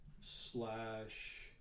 slash